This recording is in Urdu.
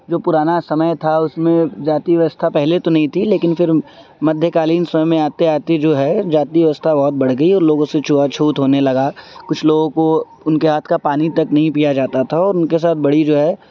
جو پرانا سمے تھا اس میں جاتی ویوستھا پہلے تو نہیں تھی لیکن پھر مدھیہ کالین سمے میں آتے آتے جو ہے جاتی ویوستھا بہت بڑھ گئی اور لوگوں سے چھوا چھوت ہونے لگا کچھ لوگوں کو ان کے ہاتھ کا پانی تک نہیں پیا جاتا تھا اور ان کے ساتھ بڑی جو ہے